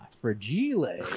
fragile